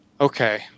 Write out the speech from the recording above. Okay